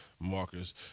Marcus